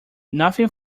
nothing